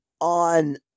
on